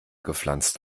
gepflanzt